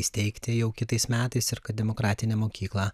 įsteigti jau kitais metais ir kad demokratinė mokykla